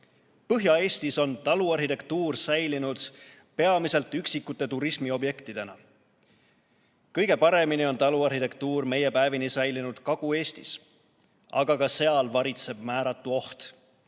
Põhja-Eestis on taluarhitektuur säilinud peamiselt üksikute turismiobjektidena. Kõige paremini on taluarhitektuur meie päevini säilinud Kagu-Eestis, aga ka seal varitseb määratu oht.